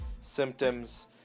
symptoms